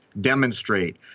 demonstrate